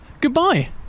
goodbye